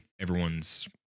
everyone's